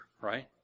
right